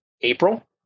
April